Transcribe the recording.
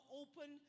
open